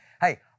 Hey